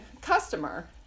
customer